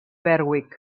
berwick